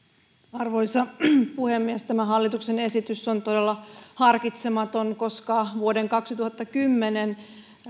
arvoisa puhemies tämä hallituksen esitys on todella harkitsematon koska vuoden kaksituhattakymmenen